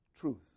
truth